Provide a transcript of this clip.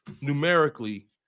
numerically